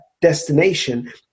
destination